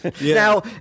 Now